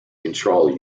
control